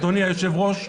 אדוני היושב-ראש,